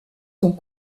sont